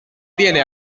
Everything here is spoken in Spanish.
tiene